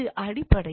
இது அடிப்படையில்